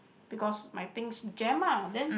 because my things jam ah then